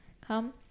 come